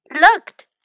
looked